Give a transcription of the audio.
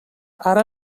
ara